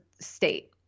state